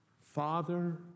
Father